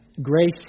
Grace